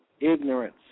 ignorance